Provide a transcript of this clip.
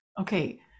okay